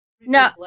No